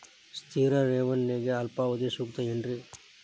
ಸ್ಥಿರ ಠೇವಣಿಗೆ ಅಲ್ಪಾವಧಿ ಸೂಕ್ತ ಏನ್ರಿ?